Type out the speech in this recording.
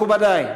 מכובדי,